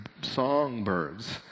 songbirds